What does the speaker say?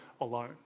alone